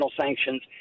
sanctions